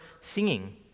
singing